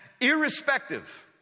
irrespective